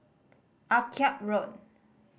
Akyab Road